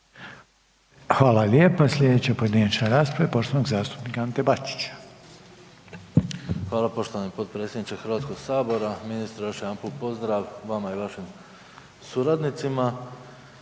Hvala lijepa. Sljedeća pojedinačna rasprava je poštovanog zastupnika Ante Bačića. **Bačić, Ante (HDZ)** Poštovani gospodine potpredsjedniče Hrvatskog sabora, ministre još jedanput pozdrav vama i vašim suradnicima.